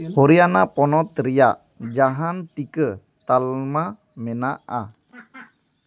ᱦᱚᱨᱤᱭᱟᱱᱟ ᱯᱚᱱᱚᱛ ᱨᱮᱭᱟᱜ ᱡᱟᱦᱟᱱ ᱴᱤᱠᱟᱹ ᱛᱟᱞᱢᱟ ᱢᱮᱱᱟᱜᱼᱟ